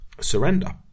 surrender